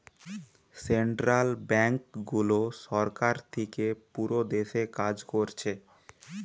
central ব্যাংকগুলো সরকার থিকে পুরো দেশে কাজ কোরছে